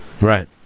Right